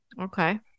Okay